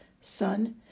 Son